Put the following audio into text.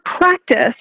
practice